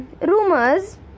rumors